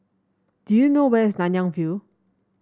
do you know where is Nanyang View